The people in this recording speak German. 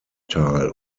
tal